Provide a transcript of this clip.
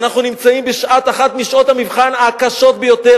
אנחנו נמצאים באחת משעות המבחן הקשות ביותר.